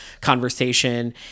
conversation